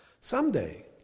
Someday